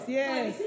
yes